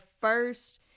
first